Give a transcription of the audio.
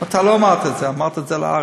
אתה לא אמרת את זה, אמרת את זה על "הארץ".